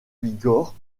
bigorre